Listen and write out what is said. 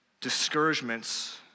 discouragements